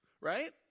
Right